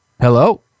Hello